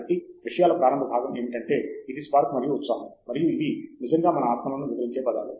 కాబట్టి విషయాల ప్రారంభ భాగం ఏమిటంటే ఇది స్పార్క్ మరియు ఉత్సాహం మరియు ఇవి నిజంగా మన ఆత్మలను వివరించే పదాలు